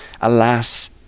alas